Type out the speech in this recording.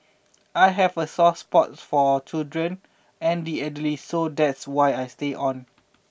I have a soft spot for children and the elderly so that's why I stayed on